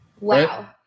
Wow